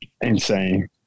insane